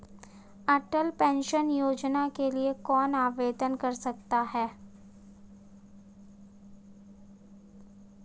अटल pension योजना के लिए कौन आवेदन कर सकता है?